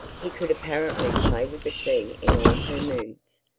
he could apparently play with the sea in all her moods.